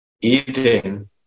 eating